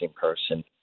person